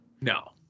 No